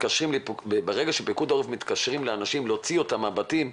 אז ברגע שפיקוד העורף מתקשרים לאנשים להוציא אותם מהבתים,